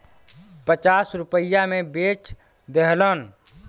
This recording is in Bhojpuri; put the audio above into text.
पचास रुपइया मे बेच देहलन